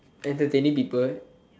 entertaining people